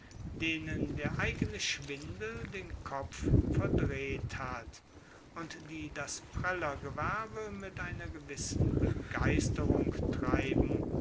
denen der eigene schwindel den kopf verdreht hat und die das prellergewerbe mit einer gewissen begeisterung treiben